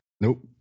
Nope